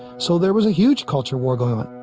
so there was a huge culture war going on